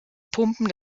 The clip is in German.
pumpen